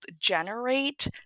generate